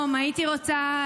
רק רגע, חברת הכנסת כהן.